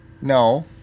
No